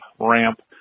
ramp